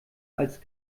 als